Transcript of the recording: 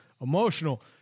emotional